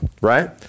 right